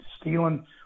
stealing